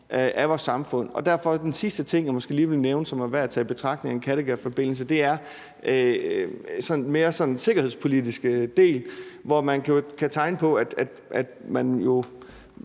af vores samfund, og derfor er den sidste ting, jeg måske lige vil nævne, som er værd at tage i betragtning i forbindelse med en Kattegatforbindelse, den mere sikkerhedspolitiske del. Det kunne her måske